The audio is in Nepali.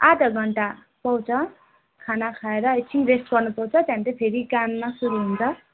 आधा घन्टा पाउँछ खाना खाएर एकछिन रेस्ट गर्नेु पाउँछ त्यहाँदेखि चाहिँ फेरि काममा सुरु हुन्छ